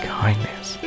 kindness